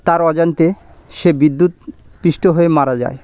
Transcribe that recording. তার অজান্তে সে বিদ্যুৎস্পৃষ্ট হয়ে মারা যায়